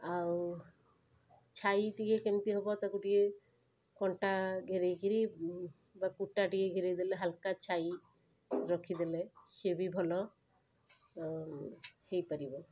ଆଉ ଛାଇ ଟିକିଏ କେମିତି ହବ ତାକୁ ଟିକିଏ କଣ୍ଟା ଘେରେଇକିରି ଉଁ ବା କୁଟା ଟିକିଏ ଘେରେଇଦେଲେ ହାଲକା ଛାଇ ରଖିଦେଲେ ସିଏ ବି ଭଲ ହେଇପାରିବ